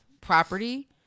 property